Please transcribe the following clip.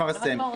תהיה מחייבת.